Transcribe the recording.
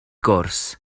gwrs